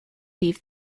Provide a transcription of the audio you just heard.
leave